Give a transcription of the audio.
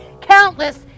countless